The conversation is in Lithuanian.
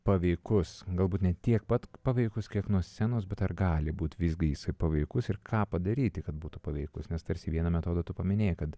paveikus galbūt ne tiek pat paveikus kiek nuo scenos bet ar gali būti visgi jisai paveikus ir ką padaryti kad būtų paveikus nes tarsi vieną metodą tu paminėjai kad